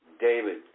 David